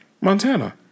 Montana